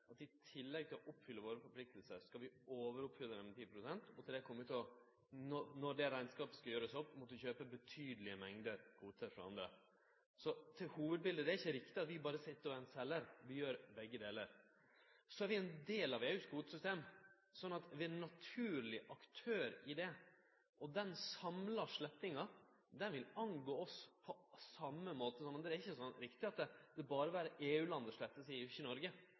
at i tillegg til å oppfylle våre forpliktingar, skal vi overoppfylle dei med 10 pst. Når den rekneskapen skal gjerast opp, kjem vi til å måtte kjøpe betydelege mengder kvotar frå andre. Så til hovudbiletet: Det er ikkje riktig at vi berre er ein seljar, vi gjer begge delar. Vi ein del av EUs kvotesystem, vi er ein naturleg aktør i det, og den samla slettinga vil angå oss på same måte som andre. Det er ikkje riktig at det berre vil vere i EU-land det blir sletta og ikkje i Noreg.